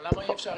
אבל למה אי אפשר?